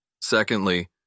Secondly